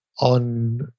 On